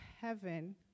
heaven